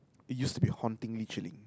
used to be hauntingly chilling